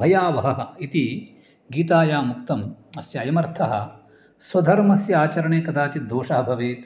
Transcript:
भयावहः इति गीतायाम् उक्तम् अस्य अयमर्थः स्वधर्मस्य आचरणे कदाचित् दोषः भवेत्